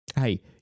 hey